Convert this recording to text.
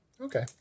Okay